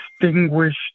Distinguished